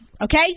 Okay